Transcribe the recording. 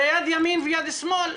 זה יד ימין ויד שמאל,